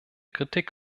kritik